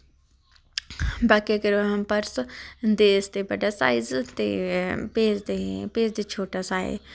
बाकी अगर पर्स दसदे बड्डा साइज ते भेजदे भेजदे छोटा साइज